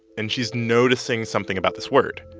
and she's noticing something about this word